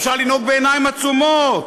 אפשר לנהוג בעיניים עצומות.